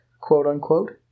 quote-unquote